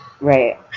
Right